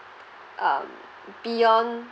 um beyond